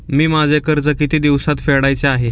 मी माझे कर्ज किती दिवसांत फेडायचे आहे?